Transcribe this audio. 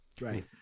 right